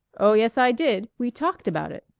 oh, yes, i did. we talked about it.